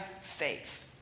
faith